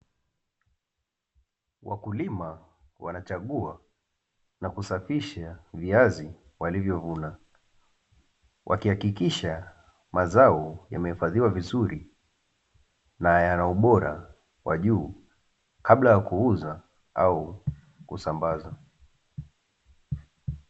Wakulima wanachagua na kusafisha viazi walivyovuna, wakihakikisha mazao yamehifadhiwa vizuri na yana ubora wa juu kabla ya kuuza au kusambaza.